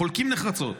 חולקים נחרצות.